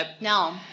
no